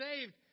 saved